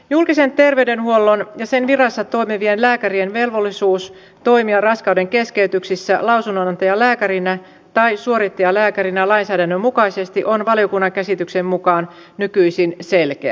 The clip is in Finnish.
julkisen terveydenhuollon ja sen virassa toimivien lääkärien velvollisuus toimia raskaudenkeskeytyksissä lausunnonantajalääkärinä tai suorittajalääkärinä lainsäädännön mukaisesti on valiokunnan käsityksen mukaan nykyisin selkeä